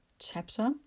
chapter